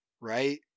right